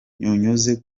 unyuze